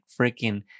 freaking